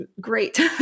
great